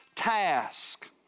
task